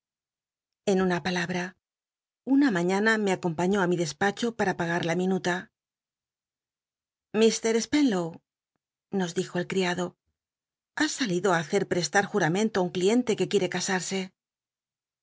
en una palabra una mañana me acompañó ir a pagar la minuk mi despacho pa r mr spenlow nos elijo el criado ha salido á hacer prestar juramento á un cliente que quiere casarse